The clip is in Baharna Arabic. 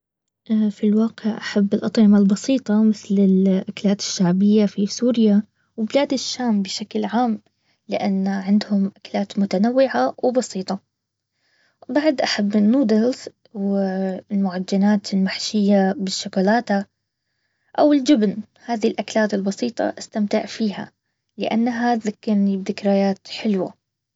في الواقع احب الاطعمة البسيطة مثل الاكلات الشعبية في سوريا. وبلاد الشام بشكل عام. لانه عندهم اكلات متنوعة وبسيطة. بعد احب النودلز المعجنات المحشية بالشوكولاتة او الجبن. هذي الاكلات البسيطه استمتع فيها لانها تذكرني ذكريات حلوه